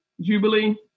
Jubilee